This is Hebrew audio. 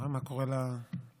מה קורה לדוכן?